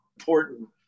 important